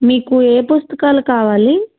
మీకు ఏ పుస్తకాలు కావాలి